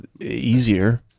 easier